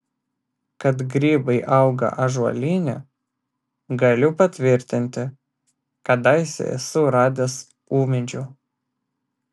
kad grybai auga ąžuolyne galiu patvirtinti kadaise esu radęs ūmėdžių